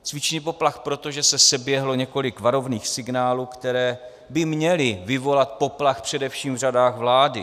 Cvičný poplach proto, že se seběhlo několik varovných signálů, které by měly vyvolat poplach především v řadách vlády.